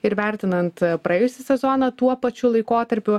ir vertinant praėjusį sezoną tuo pačiu laikotarpiu